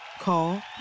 Call